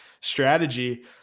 strategy